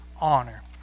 honor